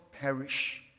perish